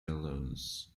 balloons